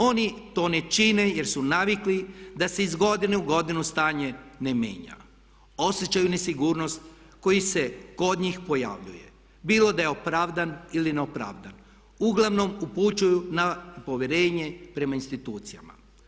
Oni to ne čine jer su navikli da se iz godine u godinu stanje ne mijenja, osjećaju nesigurnost koja se kod njih pojavljuje bilo da je opravdan ili neopravdan, uglavnom upućuju na povjerenje prema institucijama.